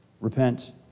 Repent